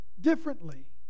differently